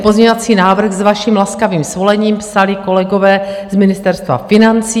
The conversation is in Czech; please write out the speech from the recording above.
Pozměňovací návrh s vaším laskavým svolením psali kolegové z Ministerstva financí.